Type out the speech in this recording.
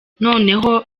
noneho